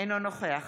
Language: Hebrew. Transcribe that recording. אינו נוכח